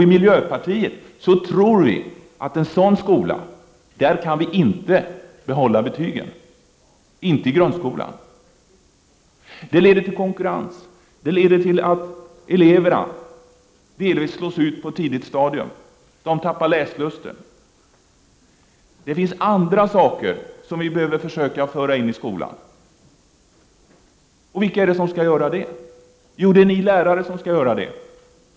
I miljöpartiet tror vi inte att man kan behålla betygen i en sådan skola, inte i grundskolan. Det leder till konkurrens, till att eleverna delvis slås ut på ett tidigt stadium, till att de tappar läslusten. Det finns andra saker som behöver föras in i skolan. Och vilka är det som kan göra det? Jo, det är lärarna som kan göra det.